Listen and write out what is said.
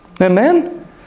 Amen